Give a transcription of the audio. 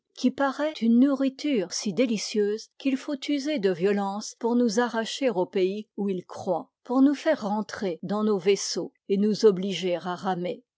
qui paraît une nourriture si délicieuse qu'il faut user de violence pour nous arracher au pays où il croît pour nous faire rentrer dans nos vaisseaux et nous obliger à ramer